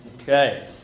Okay